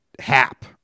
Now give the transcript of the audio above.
Hap